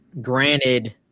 granted